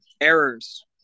errors